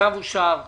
הצבעה אושר הצו אושר.